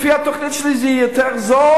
לפי התוכנית שלי זה יהיה יותר זול,